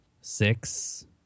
six